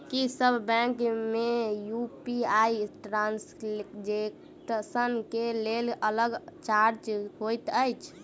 की सब बैंक मे UPI transaction केँ लेल अलग चार्ज होइत अछि?